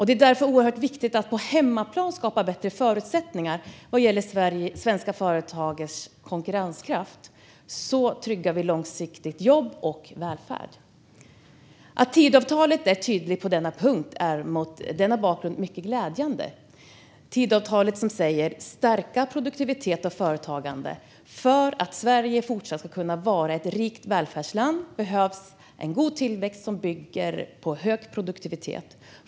Det är därför oerhört viktigt att på hemmaplan skapa bättre förutsättningar vad gäller svenska företags konkurrenskraft. Så tryggar vi långsiktigt jobb och välfärd. Att Tidöavtalet är tydligt på denna punkt är mot den bakgrunden mycket glädjande. Man vill stärka produktivitet och företagande för att Sverige fortsatt ska kunna vara ett rikt välfärdsland. Då behövs en god tillväxt som bygger på hög produktivitet.